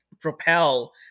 propel